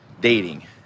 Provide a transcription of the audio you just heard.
dating